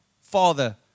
Father